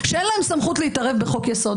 שאין להם סמכות להתערב בחוק-יסוד.